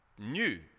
new